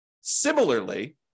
Similarly